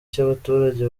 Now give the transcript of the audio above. cy’abaturage